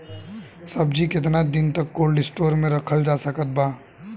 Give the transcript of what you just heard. सब्जी केतना दिन तक कोल्ड स्टोर मे रखल जा सकत बा?